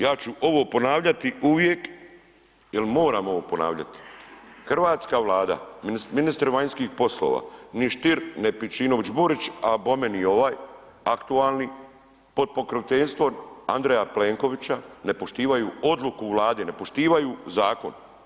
Ja ću ovo ponavljati ovo uvijek jel moram ovo ponavljati, hrvatska Vlada, ministre vanjskih poslova, ni Stier, ni Pejčinović Burić, a bome ni ovaj aktualni pod pokroviteljstvom Andreja Plenkovića ne poštivaju odluku Vlade, ne poštivaju zakon.